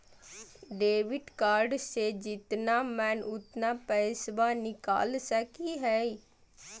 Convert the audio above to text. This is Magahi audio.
डेबिट कार्डबा से जितना मन उतना पेसबा निकाल सकी हय?